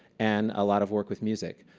and a lot of work with music.